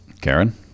Karen